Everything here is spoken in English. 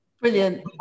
Brilliant